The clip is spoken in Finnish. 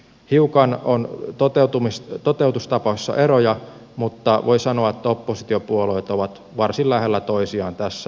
hiukan on toteutustavoissa eroja mutta voi sanoa että oppositiopuolueet ovat varsin lähellä toisiaan tässä